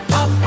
up